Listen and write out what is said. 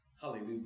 Hallelujah